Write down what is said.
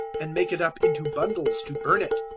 and make it up into bundles to burn it,